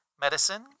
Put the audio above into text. medicine